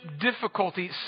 difficulty